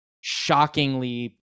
shockingly